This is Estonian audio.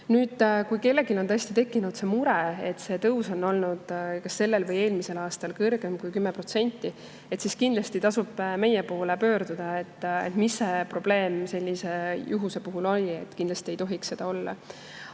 Nüüd, kui kellelgi on tõesti tekkinud mure, et see tõus on olnud kas sellel või eelmisel aastal kõrgem kui 10%, siis kindlasti tasub meie poole pöörduda. [Teeme selgeks,] mis probleem sellise juhtumi puhul oli. Kindlasti ei tohiks seda olla.